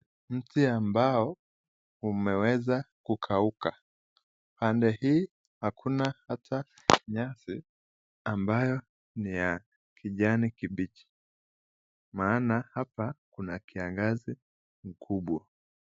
Miti ambao umeweza kukauka upande hii hakuna ata nyasi ambayo ni ya kijani kimbichi, maana hapa kuna kiangazi mkubwa.